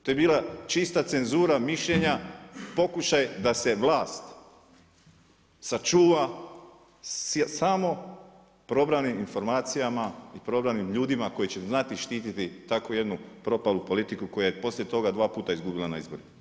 To je bila čista cenzura mišljenja, pokušaj da se vlast sačuva samo probranim informacijama i probranim ljudima koji će znati štititi takvu jednu propalu politiku koja je poslije toga dva puta izgubila na izborima.